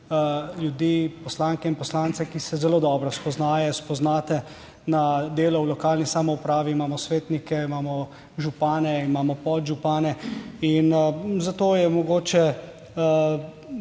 ljudi, poslanke in poslance, ki se zelo dobro spoznajo, spoznate na delo v lokalni samoupravi, imamo svetnike, imamo župane, imamo podžupane, in zato je mogoče